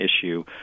issue